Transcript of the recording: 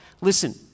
Listen